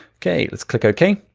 okay, let's click ok.